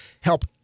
help